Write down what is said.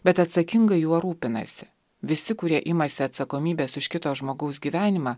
bet atsakingai juo rūpinasi visi kurie imasi atsakomybės už kito žmogaus gyvenimą